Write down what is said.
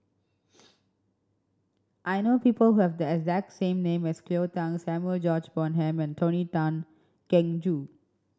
I know people who have the exact same name as Cleo Thang Samuel George Bonham and Tony Tan Keng Joo